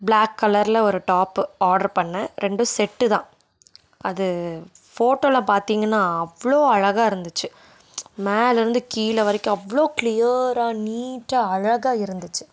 black கலர்ல ஒரு top order பண்ணேன் ரெண்டும் செட்டு தான் அது ஃபோட்டோவில பார்த்தீங்கன்னா அவ்வளோ அழகாக இருந்துச்சு மேலேருந்து கீழே வரைக்கும் அவ்வளோ கிளியராக நீட்டாக அழகாக இருந்துச்சு